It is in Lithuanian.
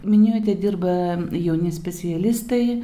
minėjote dirba jauni specialistai